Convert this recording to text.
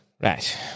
Right